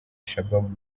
shabaab